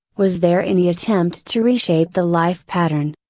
was there any attempt to reshape the life pattern.